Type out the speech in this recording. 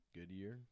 Goodyear